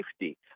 safety